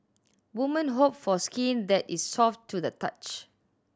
woman hope for skin that is soft to the touch